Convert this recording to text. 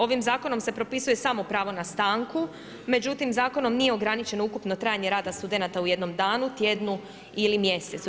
Ovim zakonom se propisuje samo pravo na stanku, međutim zakonom nije ograničeno ukupno trajanje rada studenata u jednom danu, tjednu ili mjesecu.